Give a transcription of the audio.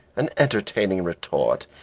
an entertaining retort,